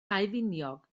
daufiniog